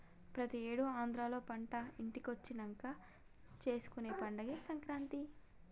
ప్రతి ఏడు ఆంధ్రాలో పంట ఇంటికొచ్చినంక చేసుకునే పండగే సంక్రాంతి